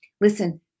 Listen